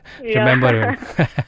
remember